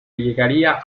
llegaría